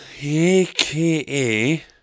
AKA